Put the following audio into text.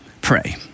pray